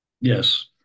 Yes